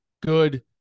good